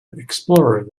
explorer